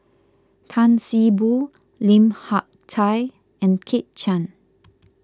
Tan See Boo Lim Hak Tai and Kit Chan